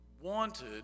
wanted